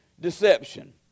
deception